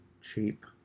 cheap